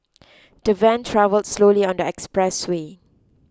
the van travelled slowly on the expressway